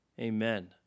Amen